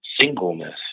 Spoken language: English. singleness